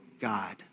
God